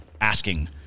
asking